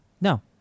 No